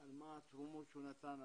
על מה התרומות שהוא נתן,